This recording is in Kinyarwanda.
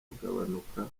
kugabanuka